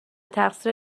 تقصیر